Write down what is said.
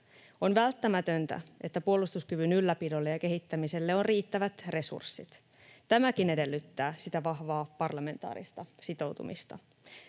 On välttämätöntä, että puolustuskyvyn ylläpidolle ja kehittämiselle on riittävät resurssit. Tämäkin edellyttää sitä vahvaa parlamentaarista sitoutumista.